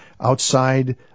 outside